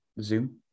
Zoom